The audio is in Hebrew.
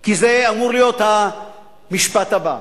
כי זה אמור להיות המשפט הבא.